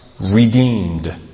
redeemed